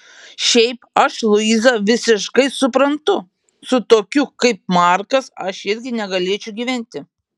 šiaip aš luizą visiškai suprantu su tokiu kaip markas aš irgi negalėčiau gyventi